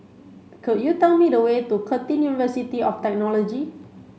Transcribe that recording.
could you tell me the way to Curtin University of Technology